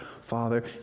Father